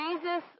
Jesus